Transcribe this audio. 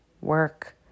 work